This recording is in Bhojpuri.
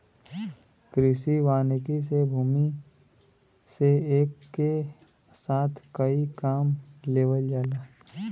कृषि वानिकी से भूमि से एके साथ कई काम लेवल जाला